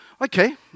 okay